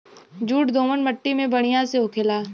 jute दोमट मट्टी में बढ़िया से होखेला